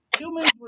humans